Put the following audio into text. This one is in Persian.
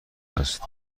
است